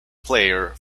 player